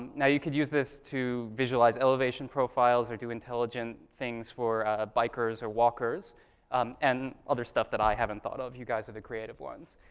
now you could use this to visualize elevation profiles or do intelligent things for bikers or walkers um and other stuff that i haven't thought of. you guys are the creative ones.